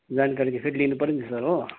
जानकारी त फेरि लिनु पऱ्यो नि त सर हो